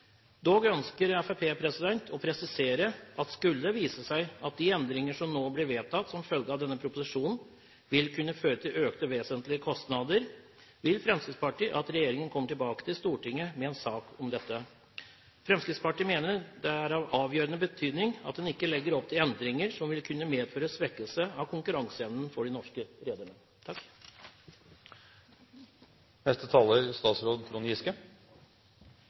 Dog ønsker Fremskrittspartiet å presisere at skulle det vise seg at de endringer som nå blir vedtatt som følge av denne proposisjonen, vil kunne føre til vesentlige økte kostnader, vil Fremskrittspartiet at regjeringen kommer tilbake til Stortinget med en sak om dette. Fremskrittspartiet mener det er av avgjørende betydning at en ikke legger opp til endringer som vil kunne medføre svekkelse av konkurranseevnen til de norske